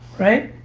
right?